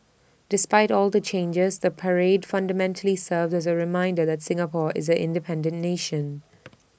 despite all the changes the parade fundamentally serves as A reminder that Singapore is an independent nation